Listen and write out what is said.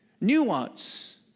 Nuance